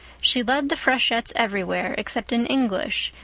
she led the freshettes everywhere, except in english,